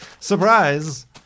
Surprise